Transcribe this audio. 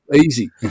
easy